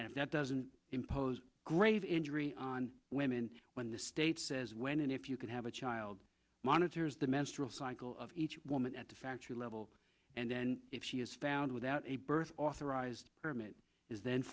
and if that doesn't impose grave injury on women when the state says when and if you can have a child monitors the menstrual cycle of each woman at the factory level and then if she is found without a birth authorised permit is then